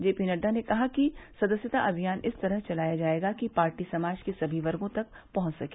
जे पी नड्डा ने कहा कि सदस्यता अभियान इस तरह चलाया जायेगा कि पार्टी समाज के सभी वर्गों तक पहुंच सके